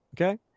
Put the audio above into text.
Okay